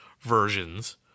versions